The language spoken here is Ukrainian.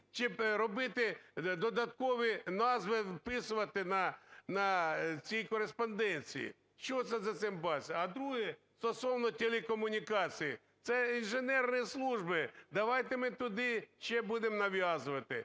чи робити додаткові назви, вписувати на цій кореспонденції? Що це за цим… А друге – стосовно телекомунікацій. Це інженерні служби, давайте ми туди ще будемо нав'язувати.